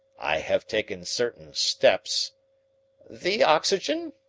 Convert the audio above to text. i have taken certain steps the oxygen?